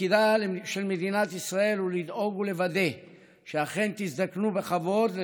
תפקידה של מדינת ישראל הוא לדאוג ולוודא שאכן תזדקנו בכבוד,